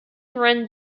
grand